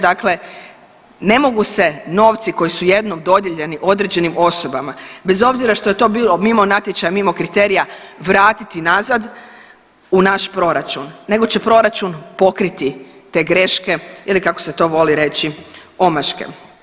Dakle, ne mogu se novci koji su jednom dodijeljeni određenim osobama bez obzira što je to bilo mimo natječaja, mimo kriterija vratiti nazad u naš proračun, nego će proračun pokriti te greške ili kako se to voli reći omaške.